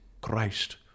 Christ